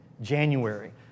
January